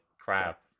crap